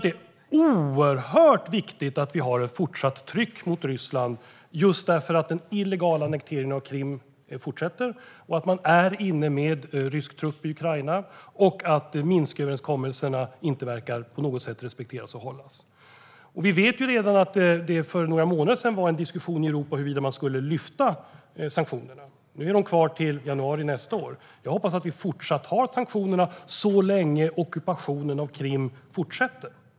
Det är oerhört viktigt att vi har ett fortsatt tryck mot Ryssland just därför att den illegala annekteringen av Krim fortsätter, att man är inne med rysk trupp i Ukraina och att Minsköverenskommelserna inte på något sätt verkar respekteras och hållas. Vi vet att det redan för några månader sedan var en diskussion i Europa huruvida man skulle lyfta sanktionerna. Nu är de kvar till januari nästa år. Jag hoppas att vi fortsatt har sanktionerna så länge ockupationen av Krim fortsätter.